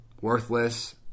worthless